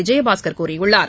விஜயபாஸ்கர் கூறியுள்ளார்